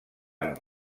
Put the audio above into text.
amb